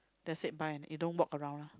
that's it buy and you don't walk around lah